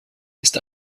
ist